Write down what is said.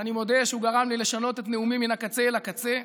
ואני מודה שהוא גרם לי לשנות את נאומי מן הקצה אל הקצה.